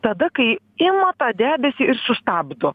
tada kai ima tą debesį ir sustabdo